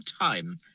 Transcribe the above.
time